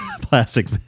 Plastic